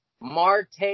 Marte